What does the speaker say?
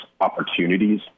opportunities